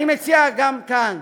אני מציע גם כאן: